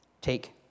Take